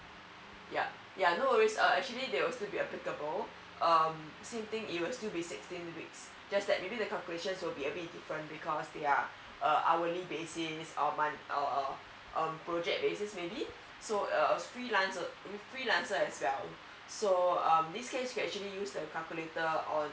yup yeah no worries uh actually they will still be applicable um same thing it will still be sixteen weeks just that maybe the calculations will be a bit different because they are uh hourly basis uh uh uh project basis maybe so err freelancer freelancer as well so um this case you actually use a calculator on